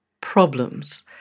problems